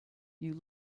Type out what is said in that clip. you